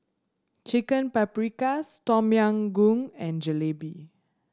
Chicken Paprikas Tom Yam Goong and Jalebi